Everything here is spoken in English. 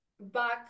back